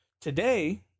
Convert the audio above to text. Today